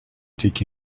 take